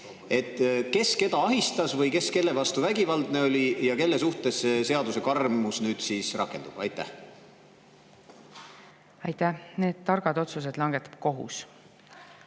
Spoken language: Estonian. Kes keda ahistas või kes kelle vastu vägivaldne oli ja kelle suhtes seaduse karmus nüüd siis rakendub? Aitäh! Need targad otsused langetab kohus.